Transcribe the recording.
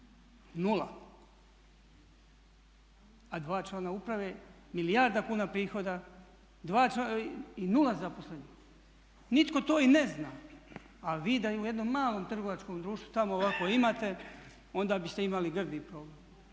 0! A dva člana uprave, milijarda kuna prihoda i 0 zaposlenih. Nitko to i ne zna. A vi da u jednom malom trgovačkom društvu tamo ovako imate onda biste imali grdi problem.